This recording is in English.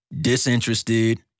disinterested